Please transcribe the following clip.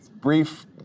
Brief